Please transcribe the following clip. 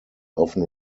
often